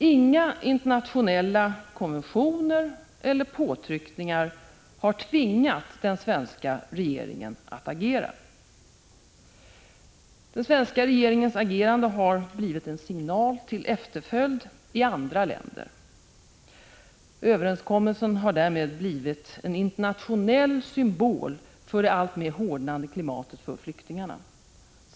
Inga internationella konventioner eller påtryckningar har tvingat den svenska regeringen att agera. Den svenska regeringens handlande har blivit en signal till efterföljd i andra länder. Överenskommelsen har därvid blivit en internationell symbol för det alltmer hårdnande klimatet för flyktingar.